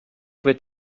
wird